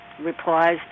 replies